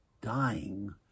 dying